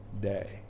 day